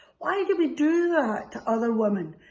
why do we do that to other women?